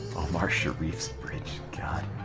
omar sharif's bridge